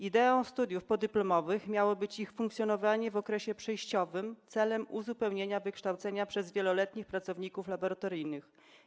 Ideą studiów podyplomowych miało być ich funkcjonowanie w okresie przejściowym celem uzupełnienia wykształcenia przez wieloletnich pracowników laboratoryjnych.